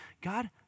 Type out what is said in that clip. God